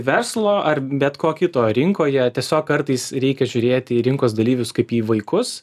verslo ar bet ko kito rinkoje tiesiog kartais reikia žiūrėti į rinkos dalyvius kaip į vaikus